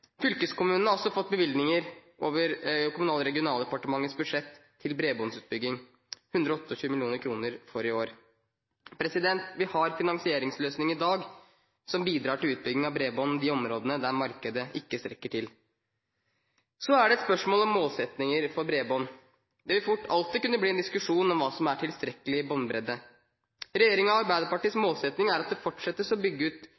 har også fått bevilgninger over Kommunal- og regionaldepartementets budsjett til bredbåndsutbygging – 128 mill. kr for i år. Vi har finansieringsløsninger i dag som bidrar til utbygging av bredbånd i de områdene der markedet ikke strekker til. Så er det et spørsmål om målsettinger for bredbånd. Det vil alltid kunne bli en diskusjon om hva som er tilstrekkelig båndbredde. Regjeringens og Arbeiderpartiets målsetting er at man fortsetter å bygge ut